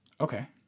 Okay